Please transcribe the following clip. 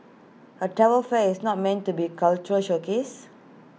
A travel fair is not meant to be cultural showcase